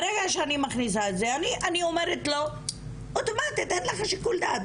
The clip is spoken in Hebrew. ברגע שאני מכניסה את זה אני אומרת לו אוטומטית שאין לו שיקול דעת,